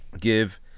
give